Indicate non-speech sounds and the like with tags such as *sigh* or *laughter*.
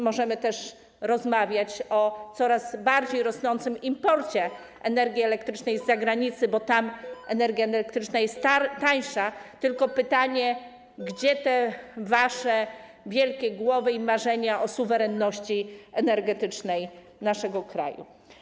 Możemy też rozmawiać o coraz bardziej *noise* rosnącym imporcie, sprowadzaniu energii elektrycznej z zagranicy, bo tam energia elektryczna jest tańsza, tylko pytanie, gdzie te wasze wielkie głowy i marzenia o suwerenności energetycznej naszego kraju.